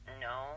No